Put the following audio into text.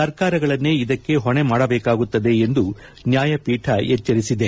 ಸರ್ಕಾರಗಳನ್ನೇ ಇದಕ್ಕೆ ಹೊಣೆ ಮಾಡಬೇಕಾಗುತ್ತದೆ ಎಂದು ನ್ಲಾಯಪೀಠ ಎಚ್ಚರಿಸಿದೆ